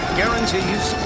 guarantees